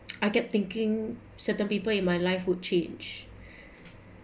I kept thinking certain people in my life would change